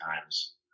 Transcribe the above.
times